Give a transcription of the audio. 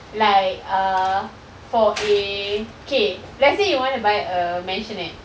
like uh for a okay let's say you wanna buy a maisonette